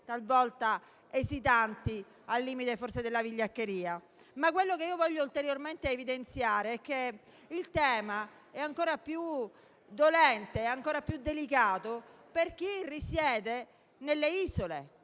talvolta esitanti, al limite forse della vigliaccheria. Quello che voglio ulteriormente evidenziare è che il tema è ancora più dolente e delicato per chi risiede nelle isole